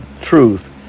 truth